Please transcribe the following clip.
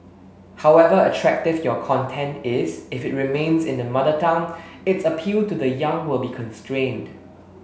however attractive your content is if it remains in the Mother Tongue its appeal to the young will be constrained